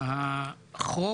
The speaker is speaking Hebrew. החוק